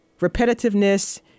repetitiveness